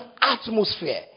atmosphere